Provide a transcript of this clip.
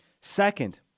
Second